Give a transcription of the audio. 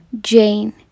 Jane